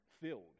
filled